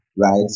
right